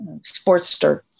Sportster